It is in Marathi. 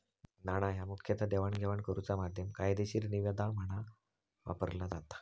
नाणा ह्या मुखतः देवाणघेवाण करुचा माध्यम, कायदेशीर निविदा म्हणून वापरला जाता